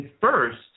first